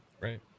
right